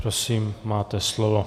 Prosím, máte slovo.